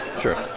sure